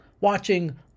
watching